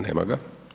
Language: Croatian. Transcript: Nema ga.